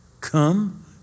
come